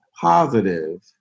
positive